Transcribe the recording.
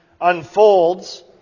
unfolds